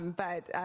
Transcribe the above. um but,